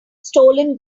stolen